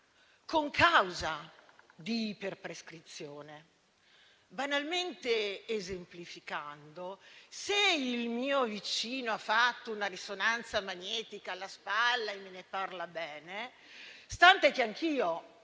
concausa di iperprescrizione. Banalmente esemplificando, se il mio vicino ha fatto una risonanza magnetica alla spalla e me ne parla bene, stante che anch'io